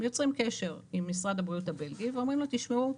יוצרים קשר עם משרד הבריאות הבלגי ואומרים להם 'תשמעו,